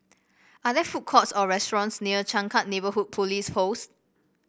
are there food courts or restaurants near Changkat Neighbourhood Police Post